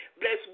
Bless